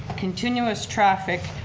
continuous traffic,